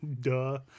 duh